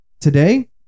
Today